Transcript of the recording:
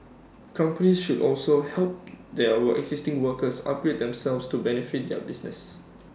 companies should also help their existing workers upgrade themselves to benefit their business